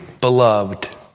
beloved